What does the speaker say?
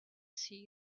see